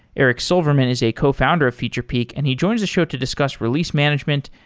eric silverman is a cofounder of featurepeek and he joins the show to discuss release management,